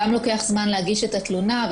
גם לוקח זמן להגיש את התלונה.